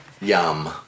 yum